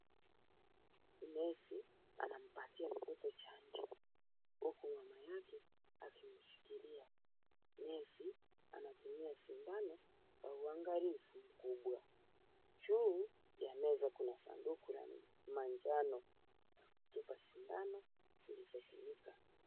Nesi anampatia mtoto chanjo huku mama yake akimshikilia. Nesi anatumia sindano kwa uangalifu mkubwa. Juu ya meza kuna sanduku la manjano ya kutupa sindano zilizotumika.